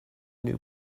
knew